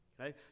Okay